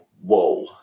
Whoa